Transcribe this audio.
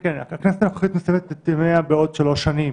הכנסת הנוכחית מסיימת את ימיה בעוד שלוש שנים.